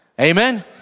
Amen